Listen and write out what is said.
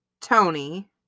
Tony